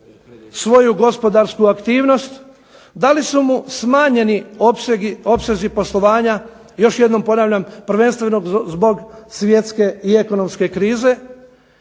svoju gospodarsku aktivnost, da li su mu smanjeni opsezi poslovanja, još jednom ponavljam prvenstveno zbog svjetske i ekonomske krize.